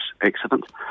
accident